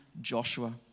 Joshua